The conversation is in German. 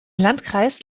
landkreis